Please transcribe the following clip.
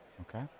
Okay